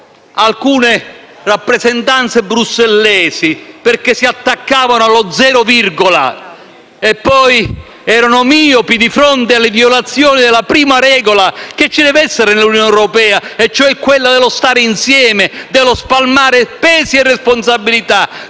alcune rappresentanze brussellesi perché si attaccavano allo zero virgola e poi erano miopi di fronte alle violazioni della prima regola che ci deve essere nell'Unione europea, cioè quella dello stare insieme, dello spalmare pesi e responsabilità,